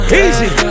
easy